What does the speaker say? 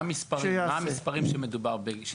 מה המספרים שמדובר בהם?